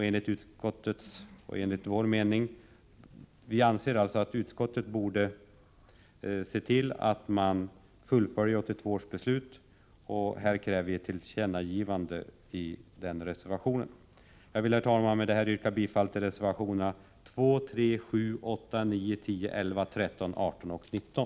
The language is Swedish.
Vi anser därför att utskottet bör se till att 1982 års beslut fullföljs, och vi kräver i reservation 13 ett tillkännagivande till regeringen. Jag vill, herr talman, med detta yrka bifall till reservationerna 2, 3, 7, 8,9, 10, 11, 13, 18 och 19.